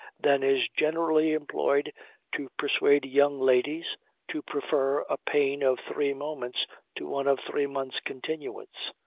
than is generally employed to persuade young ladies to prefer a pain of three moments to one of three months' continuance,